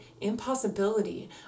impossibility